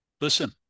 Listen